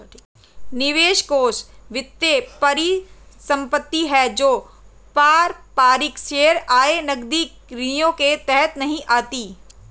निवेश कोष वित्तीय परिसंपत्ति है जो पारंपरिक शेयर, आय, नकदी श्रेणियों के तहत नहीं आती